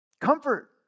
Comfort